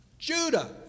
Judah